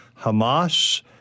Hamas